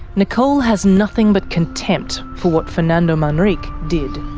nicole has nothing but contempt for what fernando manrique did.